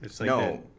No